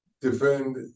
defend